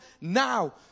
Now